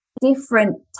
different